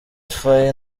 faye